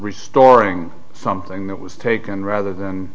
restoring something that was taken rather than